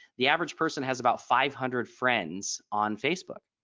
the average person has about five hundred friends on facebook.